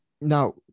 Now